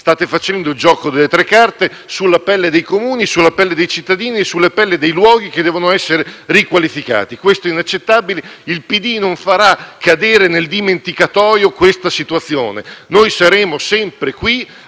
State facendo il gioco delle tre carte sulla pelle dei Comuni, dei cittadini e dei luoghi che devono essere riqualificati. Questo è inaccettabile e il PD non farà cadere nel dimenticatoio questa situazione: saremo sempre qui